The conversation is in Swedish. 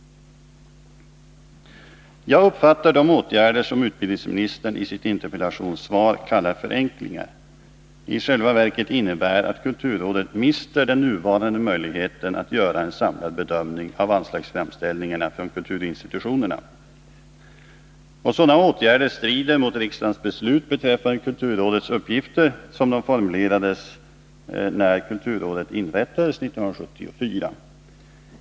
De åtgärder som utbildningsministern i sitt interpellationssvar kallar förenklingar uppfattar jag så, att de i själva verket innebär att kulturrådet mister de nuvarande möjligheterna att göra en samlad bedömning av anslagsframställningarna från kulturinstitutionerna. Sådana åtgärder strider mot riksdagens beslut beträffande kulturrådets uppgifter, såsom de formulerades när kulturrådet inrättades 1974.